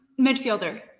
Midfielder